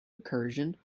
recursion